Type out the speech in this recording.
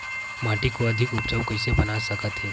माटी को अधिक उपजाऊ कइसे बना सकत हे?